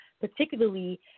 particularly